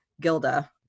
Gilda